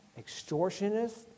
extortionists